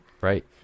Right